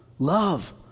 Love